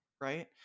Right